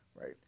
right